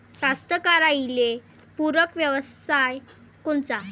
कास्तकाराइले पूरक व्यवसाय कोनचा?